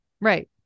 Right